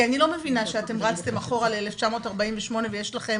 כי אני לא מבינה שרצתם אחורה ל-1948 ויש לכם